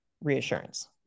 reassurance